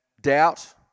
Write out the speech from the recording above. doubt